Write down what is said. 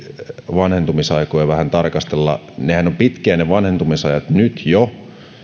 vanhentumisaikoja vähän tarkastella ne vanhentumisajathan ovat pitkiä nyt jo